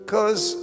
Cause